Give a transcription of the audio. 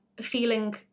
feeling